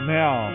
now